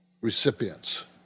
recipients